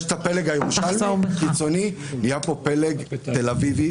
יש את הפלג הירושלמי קיצוני, יש כאן פלג תל אביבי